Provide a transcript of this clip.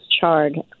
charred